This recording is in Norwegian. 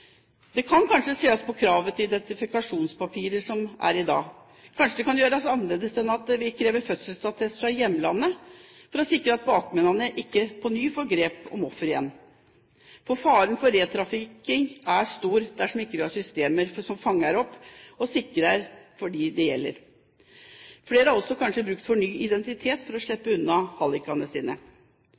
kan kanskje se på kravet til identifikasjonspapirer som er i dag. Kanskje det kan gjøres annerledes enn at man krever fødselsattest fra hjemlandet, for å sikre at bakmennene ikke på nytt får grep om offeret igjen. Faren for retrafficking er stor dersom vi ikke har systemer som fanger opp og sikrer dem det gjelder. Flere har også kanskje bruk for ny identitet for å slippe unna hallikene sine.